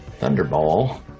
Thunderball